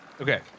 Okay